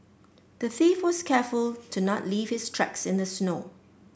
the thief was careful to not leave his tracks in the snow